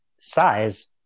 size